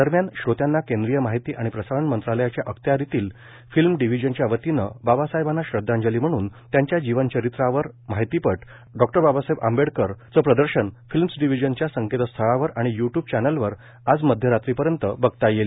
दरम्यान श्रोत्यांना केंद्रीय माहिती आणि प्रसारण मंत्रालयाच्या अखत्यारीतील फिल्म डिव्हिजनच्या वतीनं बाबासाहेबांना श्रद्धांजली म्हणून त्यांच्या जीवनचरित्रावरील माहितीपट डॉ बाबासाहेब आंबेडकरचं प्रदर्शन फिल्मस डिवीजनच्या संकेतस्थळावर आणि य् ट्यूब चॅनेलवर आज मध्यरात्रीपर्यंत बघता येईल